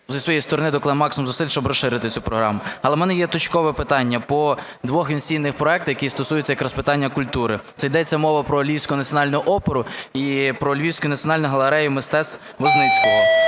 зі своєї сторони докладемо максимум зусиль, щоб розширити цю програму. Але в мене є точкове питання по двох інвестиційних проектах, які стосуються якраз питання культури. Це йдеться мова про Львівську національну оперу і про Львівську національну галерею мистецтв Возницького.